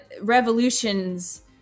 revolutions